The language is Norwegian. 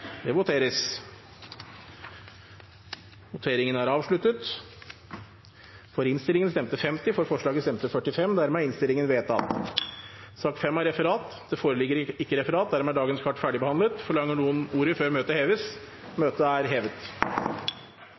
Det foreligger ikke noe referat. Dermed er dagens kart ferdigbehandlet. Forlanger noen ordet før møtet heves? – Så synes ikke, og møtet er hevet.